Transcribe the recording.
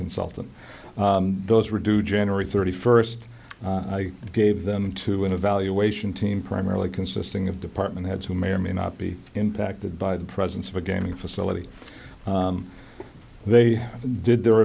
consultant those were do january thirty first i gave them to an evaluation team primarily consisting of department heads who may or may not be impacted by the presence of a gaming facility they did their